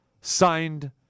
signed